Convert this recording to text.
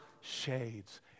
Shades